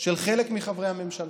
של חלק מחברי הממשלה.